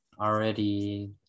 already